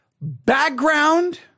Background